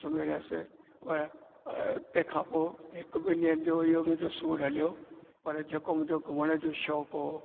सुम्ही रहियसि ऐं तंहिंखा पोइ हिकु ॿिनि ॾींहंनि जो इहो मुंहिंजो सूरु हलियो पर जेको मुंहिंजो घुमण जो शौकु हो